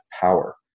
Power